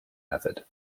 method